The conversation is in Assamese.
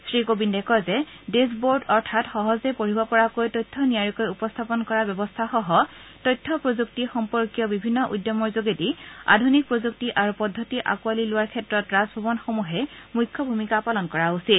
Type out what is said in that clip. শ্ৰীকোবিন্দে কয় যে ডেচবৰ্ড অৰ্থাৎ সহজে পঢ়িব পৰাকৈ তথ্য নিয়াৰিকৈ উপস্থাপন কৰা ব্যৱস্থাসহ তথ্য প্ৰযুক্তি সম্পৰ্কীয় বিভিন্ন উদ্যমৰ যোগেদি আধুনিক প্ৰযুক্তি আৰু পদ্ধতি আকোঁৱালি লোৱাৰ ক্ষেত্ৰত ৰাজভৱনসমূহে মুখ্য ভূমিকা পালন কৰা উচিত